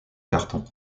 carton